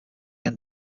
end